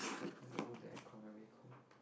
hello the aircon a bit cold